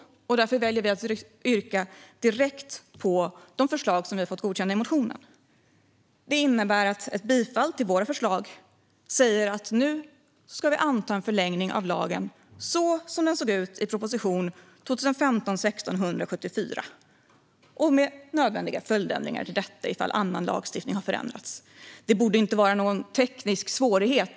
Därför väljer jag att yrka bifall till de förslag som vi har fått godkända i motionen. Ett bifall till våra förslag innebär att man nu antar en förlängning av lagen så som den såg ut i proposition 2015/16:174, med nödvändiga följdändringar till detta ifall annan lagstiftning har förändrats. Detta borde inte vara någon teknisk svårighet.